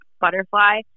butterfly